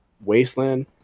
wasteland